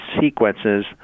sequences